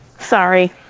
sorry